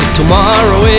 tomorrow